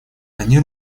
они